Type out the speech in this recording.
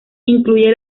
incluye